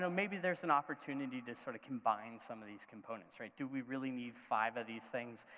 so maybe there's an opportunity to sort of combine some of these components, do we really need five of these things,